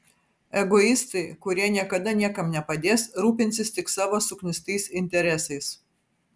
egoistai kurie niekada niekam nepadės rūpinsis tik savo suknistais interesais